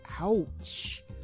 Ouch